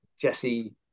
Jesse